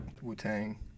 Wu-Tang